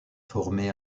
formé